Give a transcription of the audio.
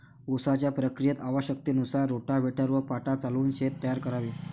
उसाच्या प्रक्रियेत आवश्यकतेनुसार रोटाव्हेटर व पाटा चालवून शेत तयार करावे